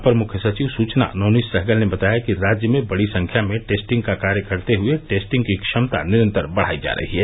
अपर मुख्य सचिव सूचना नवनीत सहगल ने बताया कि राज्य में बड़ी संख्या में टेस्टिंग का कार्य करते हुए टेस्टिंग की क्षमता निरन्तर बढ़ायी जा रही है